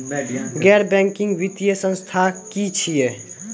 गैर बैंकिंग वित्तीय संस्था की छियै?